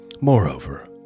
Moreover